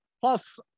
Plus